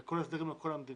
כל ההסדרים על כל המדינה.